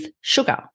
sugar